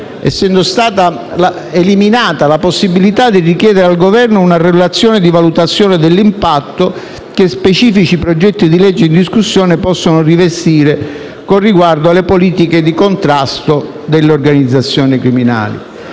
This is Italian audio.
essendo stata eliminata la possibilità di richiedere al Governo una relazione di valutazione dell'impatto che specifici progetti di legge in discussione possono rivestire con riguardo alle politiche di contrasto delle organizzazioni criminali.